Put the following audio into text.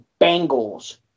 Bengals